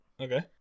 Okay